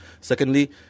secondly